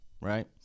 right